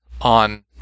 on